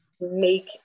make